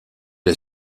est